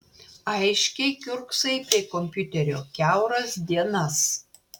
aiškiai kiurksai prie kompiuterio kiauras dienas